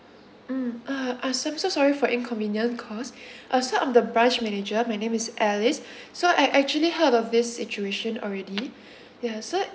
mm uh ah so sorry for inconvenience caused uh so I'm the branch manager my name is alice so I actually heard of this situation already ya so